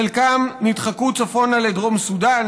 חלקם נדחקו צפונה לדרום סודאן,